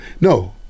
no